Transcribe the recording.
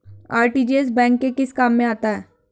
RTGS bank के किस काम में आता है?